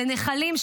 לנחלים,